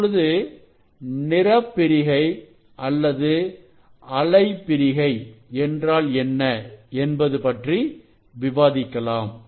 இப்பொழுது நிறப்பிரிக்கை அல்லது அலைப்பிரிகை என்றால் என்ன என்பது பற்றி விவாதிக்கலாம்